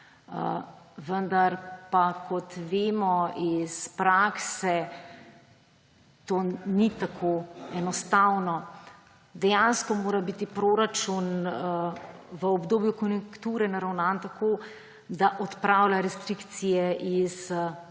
Vendar pa, kot vemo iz prakse, to ni tako enostavno. Dejansko mora biti proračun v obdobju konjunkture naravnan tako, da odpravlja restrikcije iz